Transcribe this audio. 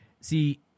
See